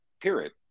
Period